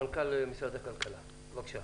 מנכ"ל משרד הכלכלה, בבקשה.